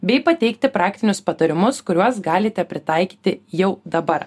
bei pateikti praktinius patarimus kuriuos galite pritaikyti jau dabar